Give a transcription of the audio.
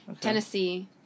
Tennessee